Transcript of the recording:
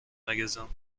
magasin